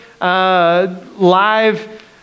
live